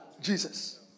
Jesus